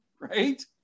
right